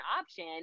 option